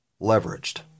leveraged